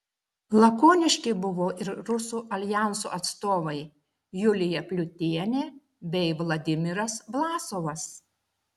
lakoniški buvo ir rusų aljanso atstovai julija pliutienė bei vladimiras vlasovas